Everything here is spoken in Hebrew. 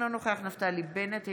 אינו נוכח נפתלי בנט,